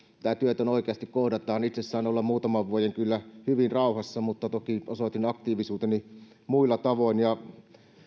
työtön oikeasti kohdataan itse sain olla muutaman vuoden kyllä hyvin rauhassa mutta toki osoitin aktiivisuuteni muilla tavoin myös